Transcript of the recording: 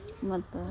ಮತ್ತು